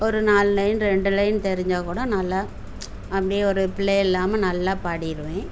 ஒரு நாலு லைன் ரெண்டு லைன் தெரிஞ்சால் கூட நல்லா அப்படியே ஒரு பிழை இல்லாமல் நல்லா பாடிடுவேன்